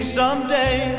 someday